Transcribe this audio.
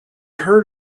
heard